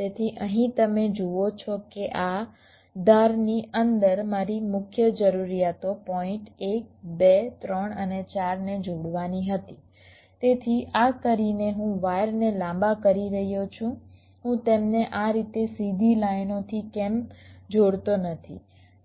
તેથી અહીં તમે જુઓ છો કે આ ધારની અંદર મારી મુખ્ય જરૂરિયાતો પોઇન્ટ 1 2 3 અને 4 ને જોડવાની હતી તેથી આ કરીને હું વાયરને લાંબા કરી રહ્યો છું હું તેમને આ રીતે સીધી લાઈનોથી કેમ જોડતો નથી